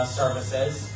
services